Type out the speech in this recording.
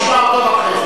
טוב.